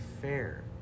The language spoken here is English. fair